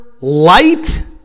Light